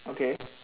okay